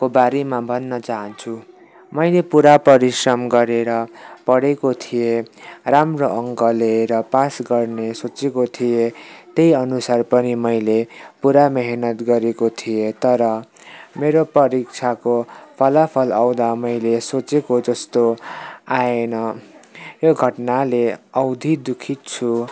को बारेमा भन्न चाहन्छु मैले पुरा परिश्रम गरेर पढेको थिएँ राम्रो अङ्क ल्याएर पास गर्ने सोचेको थिएँ त्यही अनुसार पनि मैले पुरा मेहनत गरेको थिएँ तर मेरो परीक्षाको फलाफल आउँदा मैले सोचेको जस्तो आएन यो घटनाले औधी दुःखित छु